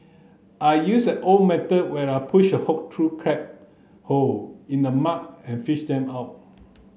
I use an old method where I push a hook through crab hole in the mud and fish them out